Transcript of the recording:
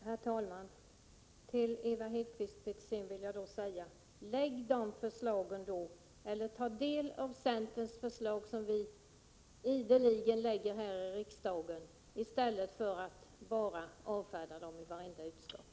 Herr talman! Till Ewa Hedkvist Petersen vill jag säga: Lägg då fram de förslagen — eller ta del av centerns förslag, som vi ideligen lägger fram här i riksdagen, i stället för att bara avfärda dem i vartenda utskott!